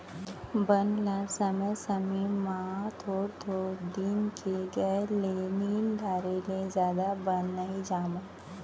बन ल समे समे म थोर थोर दिन के गए ले निंद डारे ले जादा बन नइ जामय